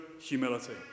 humility